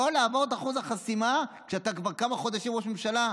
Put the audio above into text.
לא לעבור את אחוז החסימה כשאתה כבר כמה חודשים ראש ממשלה,